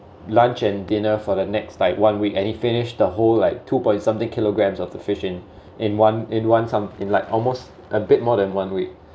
lunch and dinner for the next like one week and he finish the whole like two point something kilograms of the fish in one in one some in like almost a bit more than one week